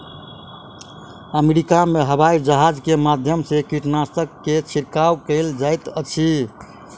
America में हवाईजहाज के माध्यम से कीटनाशक के छिड़काव कयल जाइत अछि